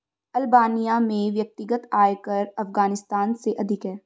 Albania में व्यक्तिगत आयकर अफ़ग़ानिस्तान से अधिक है